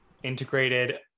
integrated